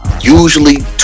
usually